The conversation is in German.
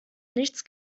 nichts